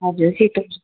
हजुर सेतो